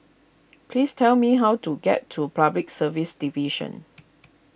please tell me how to get to Public Service Division